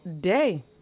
day